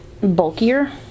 bulkier